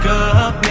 up